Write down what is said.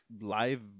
live